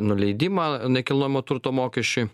nuleidimą nekilnojamo turto mokesčiui